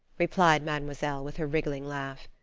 replied mademoiselle, with her wriggling laugh.